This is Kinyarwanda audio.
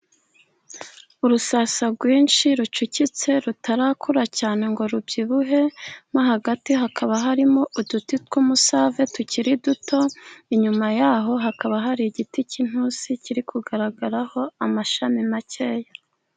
Urusasa rwinshi rucucitse, rutarakura cyane ngo rubyibuhe. Hagati hakaba harimo uduti tw’umusave tukiri duto. Inyuma yaho hakaba hari igiti cy’intusi kiri kugaragaraho amashami make.